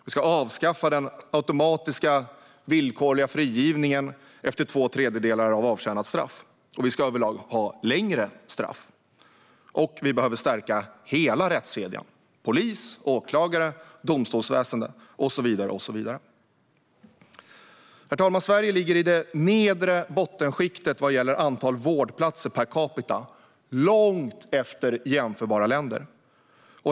Vi ska avskaffa den automatiska villkorliga frigivningen efter två tredjedelar av avtjänat straff. Vi ska överlag ha längre straff. Och vi behöver stärka hela rättskedjan: polis, åklagare, domstolsväsen och så vidare. Herr talman! Sverige ligger i det nedre bottenskiktet vad gäller antal vårdplatser per capita, långt efter jämförbara länder.